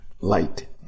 light